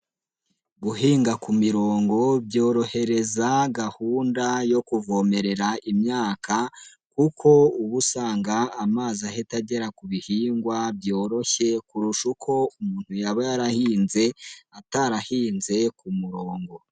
Guhinga ku mirongo byorohereza gahunda yo kuvomerera imyaka, kuko ubu usanga amazi ahita agera ku bihingwa byoroshye kurusha uko umuntu yaba yarahinze, atarahinze ku murongo.